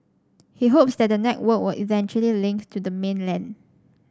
he hopes that the network will eventually links to the mainland